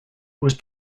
was